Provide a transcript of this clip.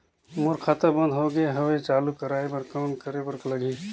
मोर खाता बंद हो गे हवय चालू कराय बर कौन करे बर लगही?